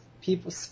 people